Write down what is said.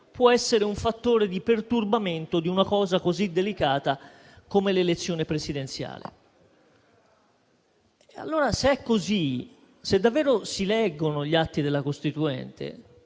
può essere un fattore di perturbamento di una cosa così delicata come l'elezione presidenziale. Se è così, se davvero si leggono gli atti della Costituente,